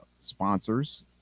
sponsors